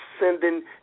sending